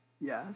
Yes